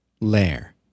Lair